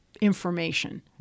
information